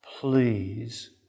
please